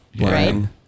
Right